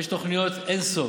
יש תוכניות אין-סוף,